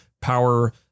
power